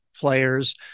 players